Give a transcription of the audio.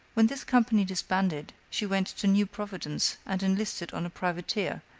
when this company disbanded, she went to new providence and enlisted on a privateer,